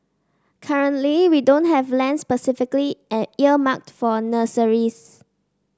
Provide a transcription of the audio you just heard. currently we don't have land specifically an earmarked for nurseries